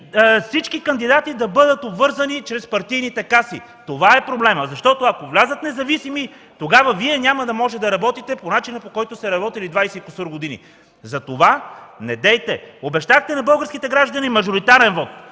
всички кандидати да бъдат обвързани чрез партийните каси. Това е проблемът! Защото, ако влязат независими, тогава Вие няма да може да работите по начина, по който сте работили 20 и кусур години. Затова, недейте! Обещахте на българските граждани мажоритарен вот,